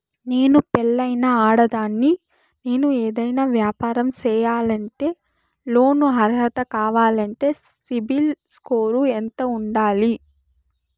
నేను పెళ్ళైన ఆడదాన్ని, నేను ఏదైనా వ్యాపారం సేయాలంటే లోను అర్హత కావాలంటే సిబిల్ స్కోరు ఎంత ఉండాలి?